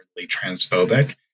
transphobic